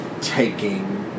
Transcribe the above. taking